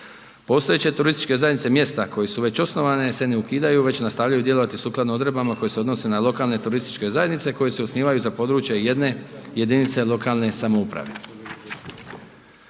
Postojeće turističke zajednice mjesta koje su već osnovane se ne ukidaju već nastavljaju djelovati sukladno odredbama koje se odnose na lokalne turističke zajednice koje se osnivaju za područje jedne jedinice lokalne samouprave.